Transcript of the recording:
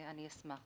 אני אשמח.